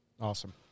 Awesome